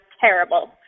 terrible